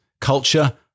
Culture